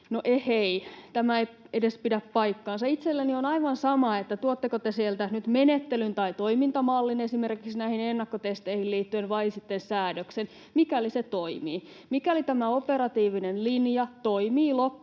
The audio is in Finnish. No ehei, tämä ei edes pidä paikkaansa. Itselleni on aivan sama, tuotteko te sieltä nyt menettelyn tai toimintamallin esimerkiksi näihin ennakkotesteihin liittyen vai sitten säädöksen, mikäli se toimii, mikäli tämä operatiivinen linja toimii loppuun